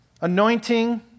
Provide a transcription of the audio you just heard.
anointing